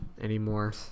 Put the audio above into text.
Anymore